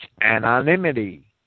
anonymity